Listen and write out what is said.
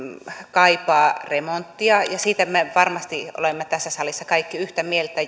kaipaa remonttia ja siitä me varmasti olemme tässä salissa kaikki yhtä mieltä